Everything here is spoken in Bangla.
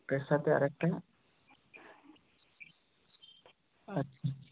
একটার সাথে আরেকটা আচ্ছা আচ্ছা